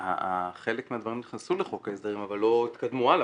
חלק מהדברים נכנסו לחוק ההסדרים אבל לא התקדמו הלאה.